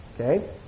Okay